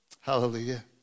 Hallelujah